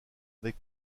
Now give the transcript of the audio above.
avec